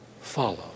follow